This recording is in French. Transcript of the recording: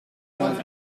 vingt